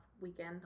weekend